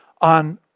on